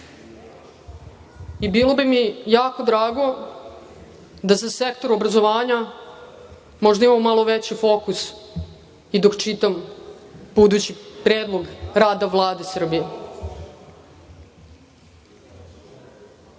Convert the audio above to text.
bi mi jako drago da za sektor obrazovanja možda imamo malo veći fokus i dok čitam budući predlog rada Vlade